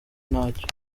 ntacyo